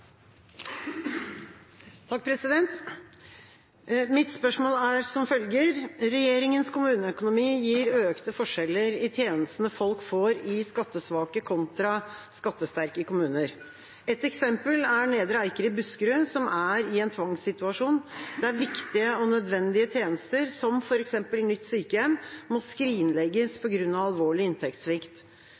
Mitt spørsmål er som følger: «Regjeringens kommuneøkonomi gir økte forskjeller i tjenestene folk får i skattesvake kontra skattesterke kommuner. Et eksempel er Nedre Eiker i Buskerud, som er i en tvangssituasjon, der viktige og nødvendige tjenester som for eksempel nytt sykehjem, må skrinlegges pga. alvorlig